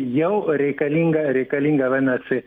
jau reikalinga reikalinga vadinasi